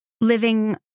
living